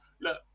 look